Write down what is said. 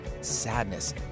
sadness